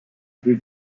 plus